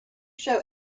show